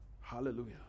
Hallelujah